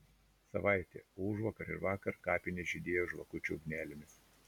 savaitė o užvakar ir vakar kapinės žydėjo žvakučių ugnelėmis